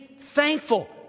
thankful